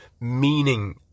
meaning